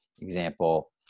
example